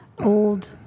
old